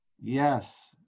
Yes